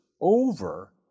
over